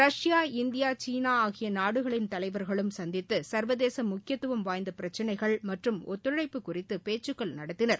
Russia India சீனா ஆகிய நாடுகளின் தலைவர்களும் சந்தித்து சர்வதேச முக்கியதுவம் வாய்ந்த பிரச்சனைகள் மற்றும் ஒத்துழைப்பு குறித்து பேச்சுக்கள் நடத்தினர்